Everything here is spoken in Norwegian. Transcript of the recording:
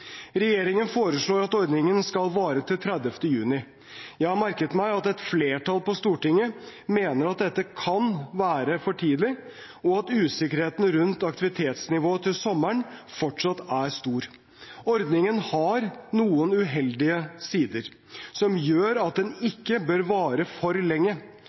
Regjeringen foreslår at ordningen skal vare til 30. juni. Jeg har merket meg at et flertall på Stortinget mener at dette kan være for tidlig, og at usikkerheten rundt aktivitetsnivået til sommeren fortsatt er stor. Ordningen har noen uheldige sider som gjør at den ikke bør vare for lenge.